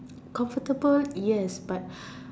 comfortable yes but